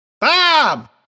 Bob